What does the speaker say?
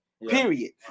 period